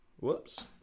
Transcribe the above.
whoops